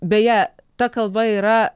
beje ta kalba yra